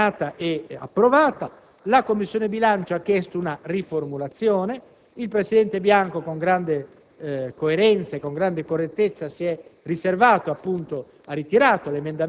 la Commissione bilancio ha chiesto una riformulazione, il presidente Bianco, con grande